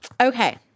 Okay